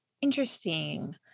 Interesting